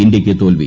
ഇന്ത്യയ്ക്ക് തോൽവി